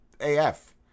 AF